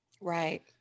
Right